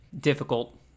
difficult